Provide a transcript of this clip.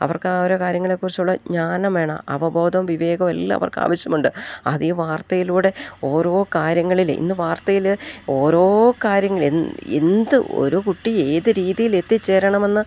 അവർക്ക് ആ ഓരോ കാര്യങ്ങളെക്കുറിച്ചുള്ള ജ്ഞാനം വേണം അവബോധം വിവേകം എല്ലാം അവർക്കാവശ്യമുണ്ട് അതേ വാർത്തയിലൂടെ ഓരോ കാര്യങ്ങളിൽ ഇന്ന് വാർത്തയിൽ ഓരോ കാര്യങ്ങൾ എന്ത് ഒരു കുട്ടി ഏതു രീതിയിൽ എത്തിച്ചേരണമെന്ന്